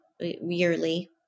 yearly